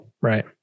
Right